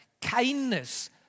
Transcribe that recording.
Kindness